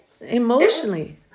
emotionally